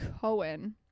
Cohen